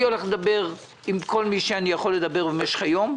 אני אדבר עם כל מי שאני יכול לדבר במשך היום,